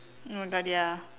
know that you're